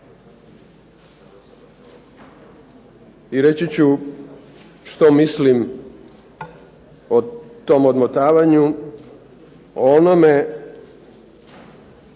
I reći ću što mislim o tom odmotavanju, o onome